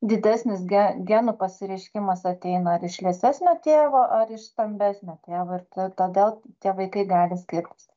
didesnis ge genų pasireiškimas ateina ar iš liesesnio tėvo ar iš stambesnio tėvo ir ta tada tie vaikai gali skirtis